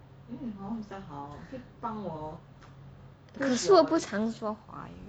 可是我不常说华语